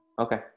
Okay